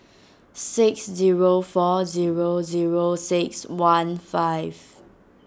six zero four zero zero six one five